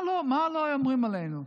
מה לא אומרים עלינו?